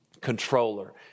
controller